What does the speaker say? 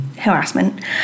harassment